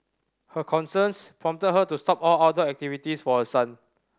her concerns prompted her to stop all outdoor activities for her son